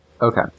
Okay